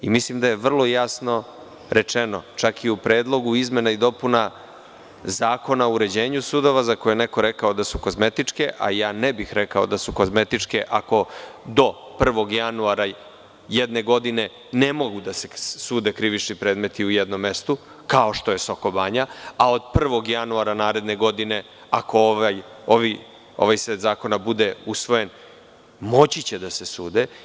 Mislim da je vrlo jasno rečeno, čak i u predlogu izmena i dopuna Zakona o uređenju sudova za koje je neko rekao da su kozmetičke, a ne bih rekao da su kozmetičke, ako do 1. januara jedne godine ne mogu da se sude krivični predmeti u jednom mestu, kao što je Soko Banja, a od 1. januara naredne godine, ako ovaj set zakona bude usvojen, moći će da se sude.